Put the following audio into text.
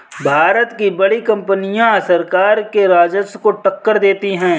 भारत की बड़ी कंपनियां सरकार के राजस्व को टक्कर देती हैं